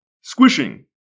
squishing